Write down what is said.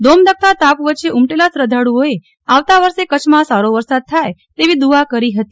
ધોમધખતા તાપ વચ્ચે ઊમટેલા શ્રદ્ધાળુઓએ આવતા વર્ષે કચ્છમાં સારો વરસાદ થાય તેવી દુઆ કરી હતી